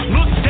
Look